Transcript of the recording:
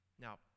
now